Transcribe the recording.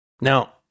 Now